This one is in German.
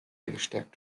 gestärkt